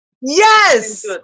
Yes